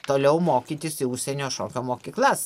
toliau mokytis į užsienio šokio mokyklas